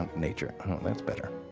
um nature that's better.